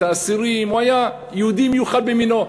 את האסירים הוא היה יהודי מיוחד במינו.